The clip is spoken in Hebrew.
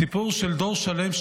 סיפור של דור שלם,